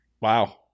Wow